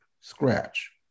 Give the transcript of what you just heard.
scratch